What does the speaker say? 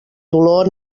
dolor